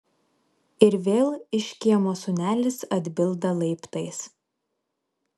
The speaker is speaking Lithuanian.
ir vėl iš kiemo sūnelis atbilda laiptais